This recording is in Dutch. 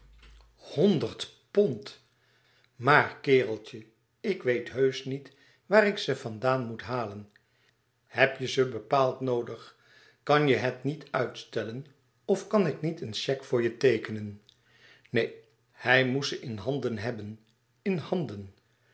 honderd pond maar kereltje ik weet heusch niet waar ik ze van daan moet halen heb je ze bepaald noodig kan je het niet uitstellen of kan ik niet een cheque voor je teekenen neen hij moest ze in handen hebben in handen